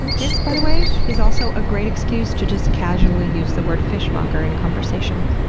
this, by the way, is also a great excuse to just casually use the word, fishmonger, in conversation.